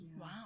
wow